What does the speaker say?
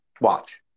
Watch